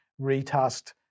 retasked